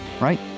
right